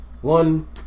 One